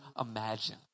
imagine